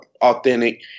authentic